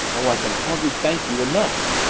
oh, i can hardly thank you enough!